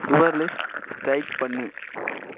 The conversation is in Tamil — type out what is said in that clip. யுவர் லிஸ்ட் ஸ்ட்ரைக் பண்ணு